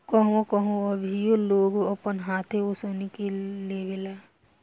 कहवो कहवो अभीओ लोग अपन हाथे ओसवनी के लेवेला